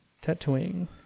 tattooing